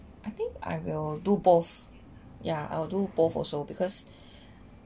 I think I will do both yeah I'll do both also because